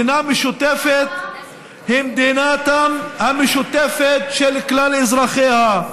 מדינה משותפת היא מדינתם המשותפת של כלל אזרחיה,